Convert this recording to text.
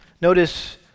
Notice